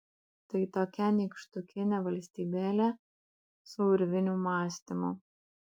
tai tokia nykštukinė valstybėlė su urvinių mąstymu